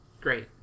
Great